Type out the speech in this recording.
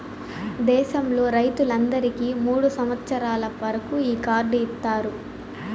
దేశంలో రైతులందరికీ మూడు సంవచ్చరాల వరకు ఈ కార్డు ఇత్తారు